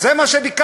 זה מה שביקשנו.